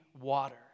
water